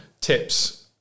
Tips